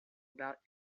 about